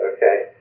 Okay